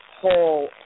whole